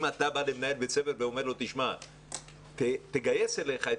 אם אתה אומר למנהל בית ספר ואומר לו: תגייס אליך את